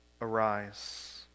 arise